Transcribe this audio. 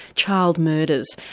child murders.